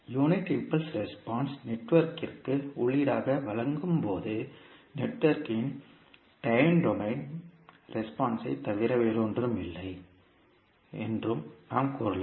unit impulse response நெட்வொர்க்கிற்கு உள்ளீடாக வழங்கப்படும்போது பிணையத்தின் டைம் டொமைன் பதிலைத் தவிர வேறொன்றுமில்லை என்றும் நாம் கூறலாம்